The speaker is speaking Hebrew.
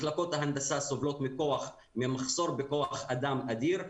מחלקות ההנדסה סובלות ממחסור בכוח אדם אדיר.